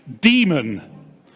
demon